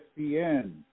ESPN